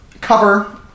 Cover